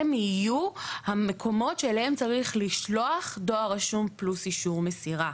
הם יהיו המקומות אליהם צריך לשלוח דואר רשום פלוס אישור מסירה.